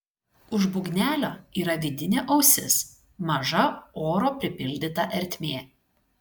už būgnelio yra vidinė ausis maža oro pripildyta ertmė